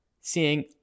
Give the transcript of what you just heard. seeing